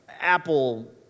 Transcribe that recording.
Apple